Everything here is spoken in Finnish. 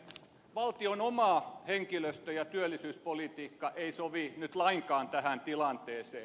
valtion oma henkilöstö ja työllisyyspolitiikka ei sovi nyt lainkaan tähän tilanteeseen